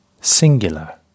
singular